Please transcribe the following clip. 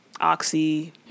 Oxy